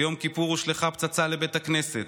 ביום כיפור הושלכה פצצה לבית הכנסת,